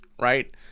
right